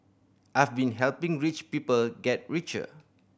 I've been helping rich people get richer